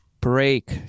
break